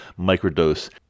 microdose